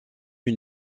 une